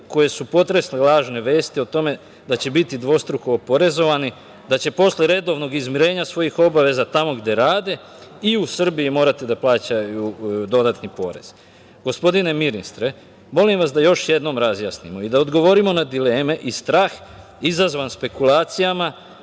koje su potresle lažne vesti o tome da će biti dvostruko oporezovani, da će posle redovnog izmirenja svojih obaveza tamo gde rade i u Srbiji morati da plaćaju dodatni porez. Gospodine ministre, molim vas da još jednom razjasnimo i da odgovorimo na dileme i strah izazvan spekulacijama